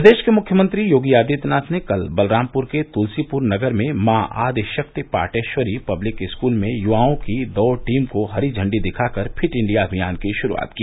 प्रदेश के मुख्यमंत्री योगी आदित्यनाथ ने कल बलरामपुर के तुलसीपुर नगर में माँ आदिशक्ति पाटेश्वरी पब्लिक स्कूल में युवाओं की दौड़ टीम को हरी झंडी दिखाकर फिट इण्डिया अमियान की शुरूआत की